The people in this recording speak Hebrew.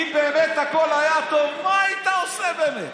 אם באמת הכול היה טוב, מה היית עושה, באמת,